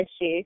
issue